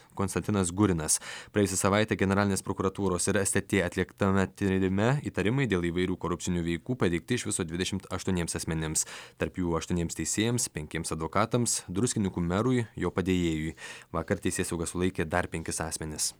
konstantinas gurinas praėjusią savaitę generalinės prokuratūros ir stt atliktame tyrime įtarimai dėl įvairių korupcinių veikų pateikti iš viso dvidešimt aštuoniems asmenims tarp jų aštuoniems teisėjams penkiems advokatams druskininkų merui jo padėjėjui vakar teisėsauga sulaikė dar penkis asmenis